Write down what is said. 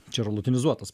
čia yra lotynizuotas